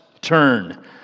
turn